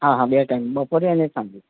હા હા બે ટાઈમ બપોરે અને સાંજે